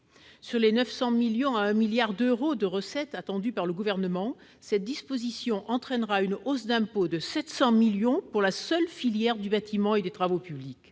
Sur les 900 millions à 1 milliard d'euros de recettes attendus par le Gouvernement, la mise en oeuvre de cette disposition entraînera une hausse d'impôts de 700 millions d'euros pour la seule filière du bâtiment et des travaux publics